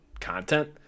content